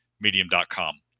medium.com